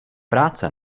práce